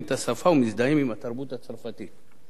את השפה ומזדהים עם התרבות הצרפתית.